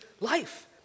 life